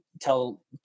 tell